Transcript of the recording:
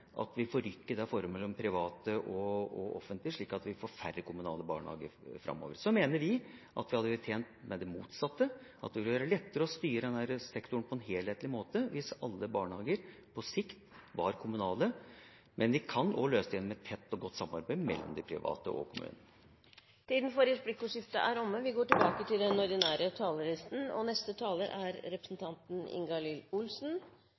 at vi får færre kommunale barnehager framover. Vi mener at vi ville vært tjent med det motsatte, at det ville vært lettere å styre denne sektoren på en helhetlig måte hvis alle barnehager på sikt var kommunale. Men vi kan også løse det gjennom et tett og godt samarbeid mellom det private og kommunene. Replikkordskiftet er omme. Kommunesektoren er viktig. Ja, jeg vil si at det er i kommunene noen av våre viktigste velferdstjenester ytes til innbyggerne hver eneste dag. Derfor er kommunesektoren prioritert i statsbudsjettet med økte frie midler. Arbeiderpartiets, og regjeringens, mål er